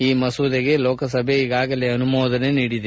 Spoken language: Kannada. ಈ ಮಸೂದೆಗೆ ಲೋಕಸಭೆ ಈಗಾಗಲೇ ಅನುಮೋದನೆ ನೀಡಿದೆ